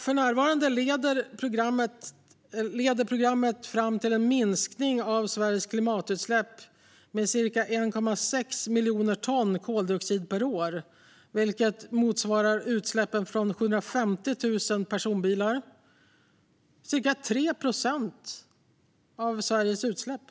För närvarande leder programmet till en minskning av Sveriges klimatutsläpp med ca 1,6 miljoner ton koldioxid per år. Det motsvarar utsläppen från 750 000 personbilar, ca 3 procent av Sveriges utsläpp.